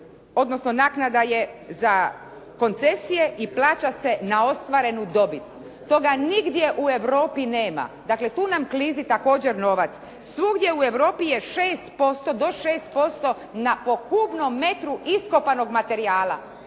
odnosno naknada je za koncesije i plaća se na ostvarenu dobit. Toga nigdje u Europi nema. Dakle, tu nam klizi također novac. Svugdje u Europi je 6%, do 6% na po kubnom metru iskopanog materijala,